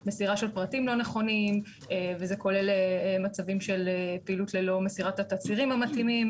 יש מזהמים, יש רמה מסוימת של שאריות או של מזהמים,